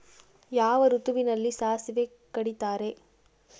ಯಾವ ಋತುವಿನಲ್ಲಿ ಸಾಸಿವೆ ಕಡಿತಾರೆ?